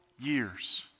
years